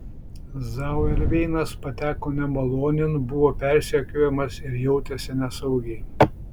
zauerveinas pateko nemalonėn buvo persekiojamas ir jautėsi nesaugiai